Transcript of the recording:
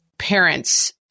Parents